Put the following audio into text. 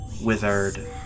withered